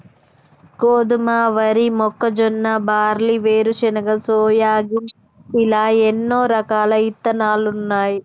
గోధుమ, వరి, మొక్కజొన్న, బార్లీ, వేరుశనగ, సోయాగిన్ ఇలా ఎన్నో రకాలు ఇత్తనాలున్నాయి